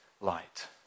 light